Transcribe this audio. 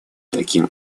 таким